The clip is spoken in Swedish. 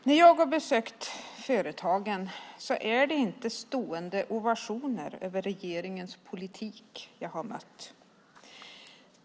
Herr talman! När jag har besökt företag är det inte stående ovationer över regeringens politik jag har mött.